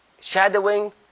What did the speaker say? shadowing